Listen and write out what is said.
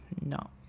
No